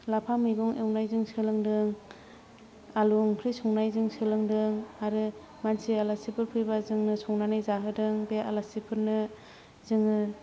लाफा मैगं एवनाय जों सोलोंदों आलु ओंख्रि संनाय जों सोलोंदों आरो मानसि आलासिफोर फैबा जोंनो संनानै जाहोदों बे आलासिफोरनो जोङो